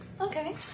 Okay